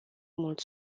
mult